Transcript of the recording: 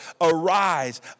arise